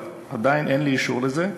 אבל עדיין אין לי אישור לזה.